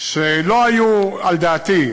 שלא היו על דעתי,